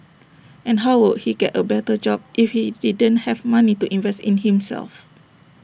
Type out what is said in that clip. and how would he get A better job if he didn't have money to invest in himself